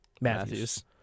Matthews